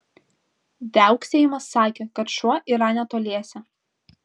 viauksėjimas sakė kad šuo yra netoliese